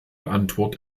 antwort